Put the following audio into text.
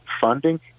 funding